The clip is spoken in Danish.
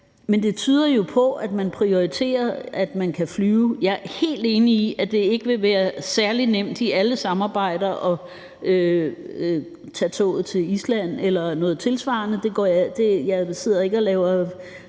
og det tyder jo på, at man prioriterer, at man kan flyve. Jeg er helt enig i, det ikke ville være særlig nemt i alle samarbejder at tage toget til Island eller noget tilsvarende. Jeg sidder ikke og gør